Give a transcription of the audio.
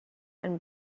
and